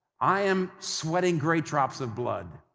i am sweating great drops of blood.